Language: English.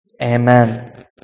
Amen